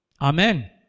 Amen